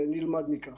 ונלמד מכך.